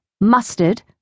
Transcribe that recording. Mustard